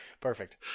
Perfect